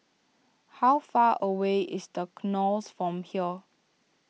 how far away is the Knolls from here